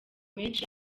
menshi